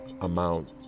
amount